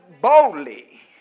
boldly